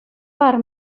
per